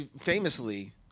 famously